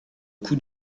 coup